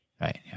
Right